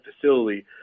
facility